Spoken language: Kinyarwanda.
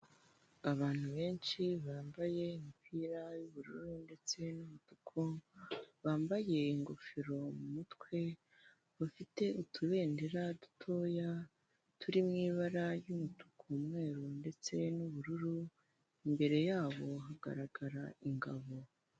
Abatu benshi bambaye imipira y'ubururu ndetse n'umutuku, bambaye ingofero ku mutwe bafite utubendera dutoya, turi mu ibara ry'umutuku, umweru, ndetse n'ubururu, inyuma yabo hagaragara ingabo.